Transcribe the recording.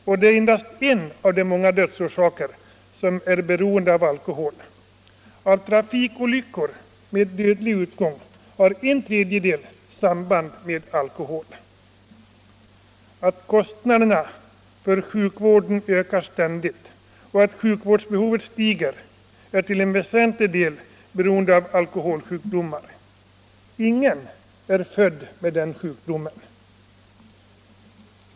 Och det är endast en av de många dödsorsaker som beror på alkoholmissbruk. Av trafikolyckor med dödlig utgång har en tredjedel samband med alkoholförtäring. Att kostnaderna för sjukvården ständigt stiger och att sjukvårdsbehovet ökar är till väsentlig del beroende av alkoholsjukdomar. Ingen är född med sådan sjukdom.